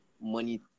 money